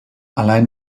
allein